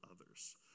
others